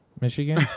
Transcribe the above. Michigan